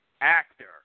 actor